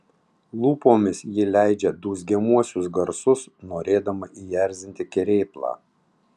lūpomis ji leidžia dūzgiamuosius garsus norėdama įerzinti kerėplą